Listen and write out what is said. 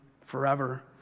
forever